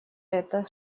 это